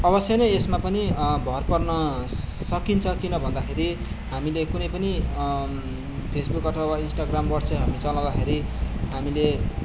अवश्य नै यसमा पनि भर पर्न सकिन्छ किन भन्दाखेरि हामीले कुनै पनि फेसबुक अथवा इन्स्टाग्राम वाट्सअप हामी चलाउँदाखेरि हामीले